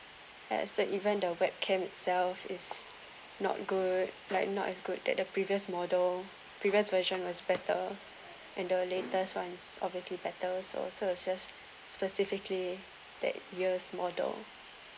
as so even the webcam itself is not good like not as good that the previous model previous version was better and the latest ones obviously better so so it's just specifically that year's model